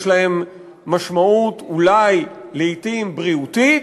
יש להם אולי לעתים משמעות בריאותית,